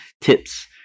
tips